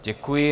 Děkuji.